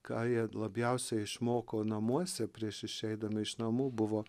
ką jie labiausiai išmoko namuose prieš išeidami iš namų buvo